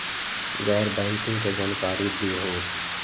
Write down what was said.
गैर बैंकिंग के जानकारी दिहूँ?